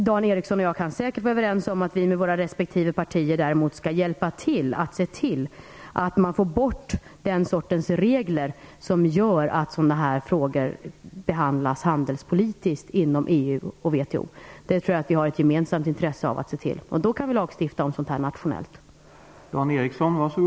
Dan Ericsson och jag kan däremot säkert vara överens om att vi inom våra respektive partier skall hjälpa till med att försöka få bort den typ av regler som gör att sådana här frågor behandlas handelspolitiskt inom EU och WTO. Jag tror att vi har ett gemensamt intresse av detta. Sedan kan vi lagstifta nationellt om detta.